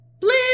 Blip